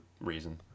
reason